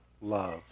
love